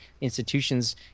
institutions